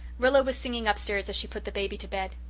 rilla was singing upstairs as she put the baby to bed.